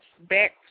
back